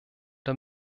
der